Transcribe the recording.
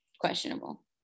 Questionable